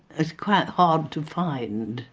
it's quite hard to find